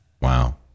Wow